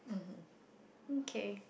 mmhmm okay